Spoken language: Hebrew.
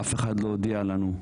אף אחד לא הודיע לנו.